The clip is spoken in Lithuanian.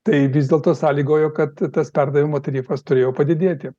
tai vis dėlto sąlygojo kad tas perdavimo tarifas turėjo padidėti